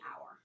hour